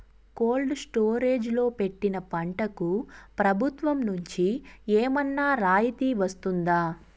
Cold storage లో పెట్టిన పంటకు ప్రభుత్వం నుంచి ఏమన్నా రాయితీ వస్తుందా?